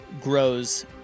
grows